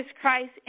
Christ